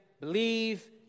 believe